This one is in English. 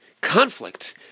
conflict